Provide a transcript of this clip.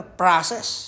process